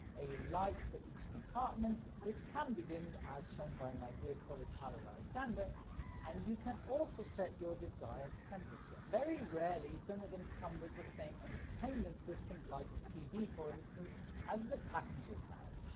a light for each compartment which can be dimmed as shown by my dear colleague pilot alexander and you can also set your desired temperature. very rarely some of them come with the same entertainment system like a tv for instance as the passengers have.